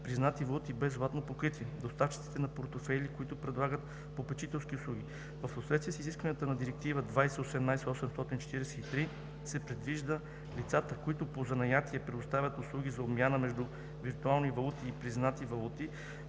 признати валути без златно покритие; доставчиците на портфейли, които предлагат попечителски услуги. В съответствие с изискванията на Директива (ЕС) 2018/843 се предвижда лицата, които по занятие предоставят услуги за обмяна между виртуални валути и признати валути